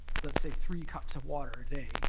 let's say three cups of water a day